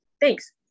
Thanks